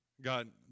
God